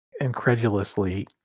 incredulously